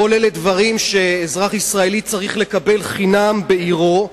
כל אלה דברים שאזרח ישראלי צריך לקבל חינם בעירו,